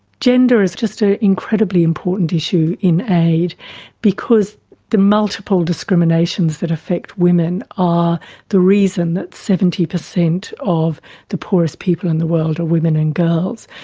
gender is just an ah incredibly important issue in aid because the multiple discriminations that affect women are the reason that seventy percent of the poorest people in the world are women and girls.